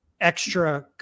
extra